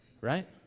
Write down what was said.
right